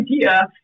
idea